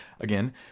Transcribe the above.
again